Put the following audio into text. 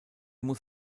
muss